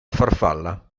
farfalla